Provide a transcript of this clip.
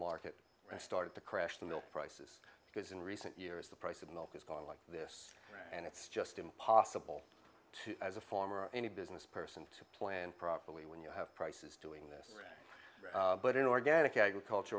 market and started to crush the milk prices because in recent years the price of milk has gone like this and it's just impossible to as a farmer any business person to plan properly when you have prices doing but in organic agriculture